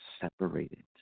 separated